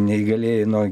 neįgalieji no